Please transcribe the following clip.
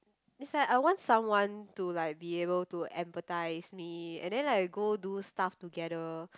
it's like I want someone to like be able to empathise me and then like go do stuff together